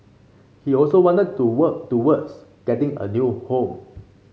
he also wanted to work towards getting a new home